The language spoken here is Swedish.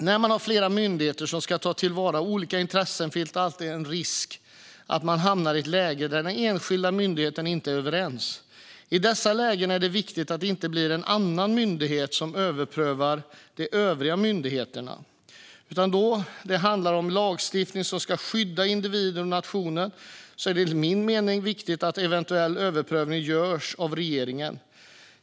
När man har flera myndigheter som ska ta till vara olika intressen finns det alltid en risk att man hamnar i ett läge där de enskilda myndigheterna inte är överens. I dessa lägen är det viktigt att det inte blir en annan myndighet som överprövar de övriga myndigheterna. Då det handlar om en lagstiftning som ska skydda individer och nationen är det enligt min mening viktigt att eventuell överprövning görs av regeringen.